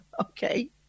Okay